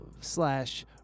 Slash